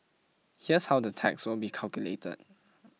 here's how the tax will be calculated